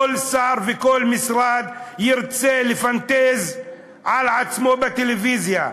כל שר וכל משרד ירצה לפנטז על עצמו בטלוויזיה,